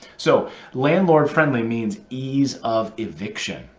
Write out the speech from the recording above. so landlord friendly means ease of eviction,